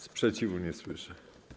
Sprzeciwu nie słyszę.